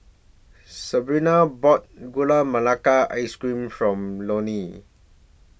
Sabina bought Gula Melaka Ice Cream For Lorne